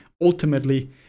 Ultimately